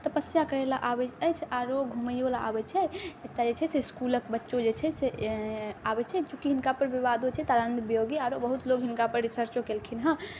तपस्या करैलए आबैत अछि आओर घुमैओलए आबै छै एतऽ जे छै इसकुलके बच्चो जे छै से आबै छै चुँकि हिनकापर विवादो होइ छै तारानन्द वियोगी आओर बहुत लोक हिनकापर रिसर्चो केलखिन हँ